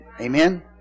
Amen